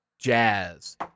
Jazz